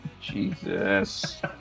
Jesus